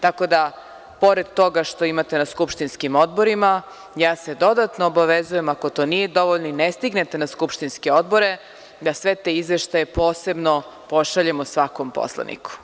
Tako da, pored toga što imate na skupštinskim odborima, ja se dodatno obavezujem, ako to nije dovoljno i ne stignete na skupštinske odbore, da sve te izveštaje posebno pošaljemo svakom poslaniku.